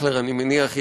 אני מניח,